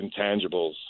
intangibles